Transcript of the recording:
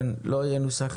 דיונים בחוק ההסדרים.